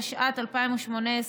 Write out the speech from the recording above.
התשע"ט 2018,